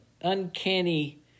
uncanny